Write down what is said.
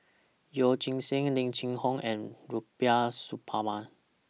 Yeoh Ghim Seng Lim Cheng Hoe and Rubiah Suparman